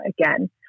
again